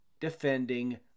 defending